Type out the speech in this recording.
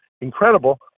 incredible